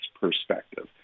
perspective